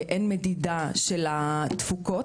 אין מדידה של התפוקות.